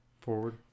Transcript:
Forward